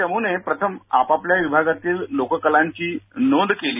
चमूने प्रथम आपआपल्या विभागातील लोककलांची नोंद केली